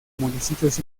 municipios